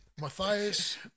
Matthias